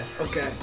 Okay